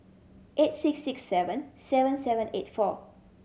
eight six six seven seven seven eight four